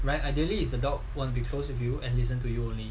right ideally is a dog want to be close with you and listen to you only